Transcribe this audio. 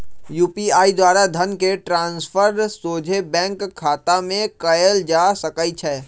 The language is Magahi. यू.पी.आई द्वारा धन के ट्रांसफर सोझे बैंक खतामें कयल जा सकइ छै